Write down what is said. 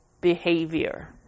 behavior